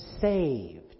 saved